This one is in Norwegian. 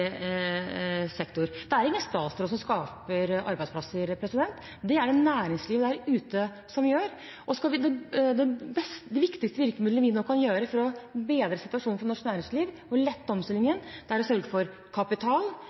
sektor. Det er ingen statsråd som skaper arbeidsplasser; det er det næringslivet der ute som gjør. Det viktigste virkemiddelet vi nå har for å bedre situasjonen og lette omstillingen, er å sørge for kapital,